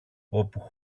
όπου